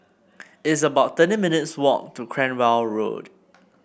it's about thirteen minutes' walk to Cranwell Road